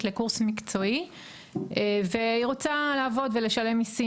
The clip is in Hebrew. לקורס מקצועי והיא רוצה לעבוד ולשלם מיסים,